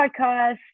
podcast